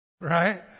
Right